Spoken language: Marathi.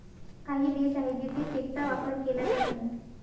काही देश आहे जिथे चेकचा वापर केला जात नाही